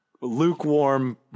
Lukewarm